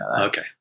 Okay